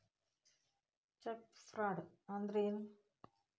Check fraud ಅಂದ್ರ ಏನು?